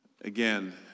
Again